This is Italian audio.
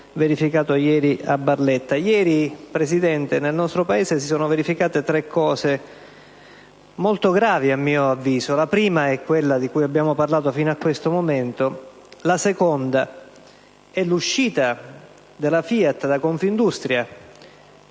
Ieri, Presidente, nel nostro Paese si sono verificati tre avvenimenti molto gravi, a mio avviso. Il primo è quello di cui abbiamo parlato fino a questo momento. Il secondo è l'uscita della FIAT da Confindustria,